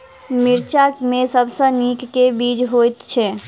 मिर्चा मे सबसँ नीक केँ बीज होइत छै?